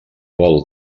bol